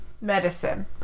Medicine